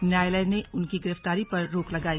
न्यायालय ने उनकी गिरफ्तारी पर रोक लगाई